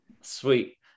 sweet